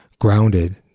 grounded